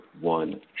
one